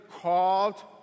called